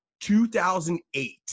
2008